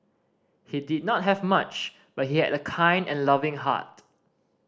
he did not have much but he had a kind and loving heart